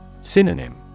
Synonym